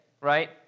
right